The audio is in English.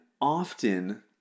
often